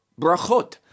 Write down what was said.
brachot